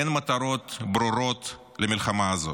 אין מטרות ברורות למלחמה הזאת.